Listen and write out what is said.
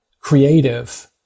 creative